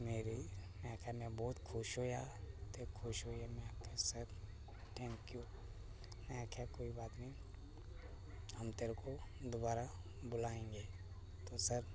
ते मेरी में आखेआ ते में बहुत खुश होआ ते खुश होइयै में आखेआ सर थैंक यू ते उनें आखेआ कोई बात नहीं हम तेरे को दोबारा बुलायेंगे तो सर